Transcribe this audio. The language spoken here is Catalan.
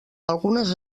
algunes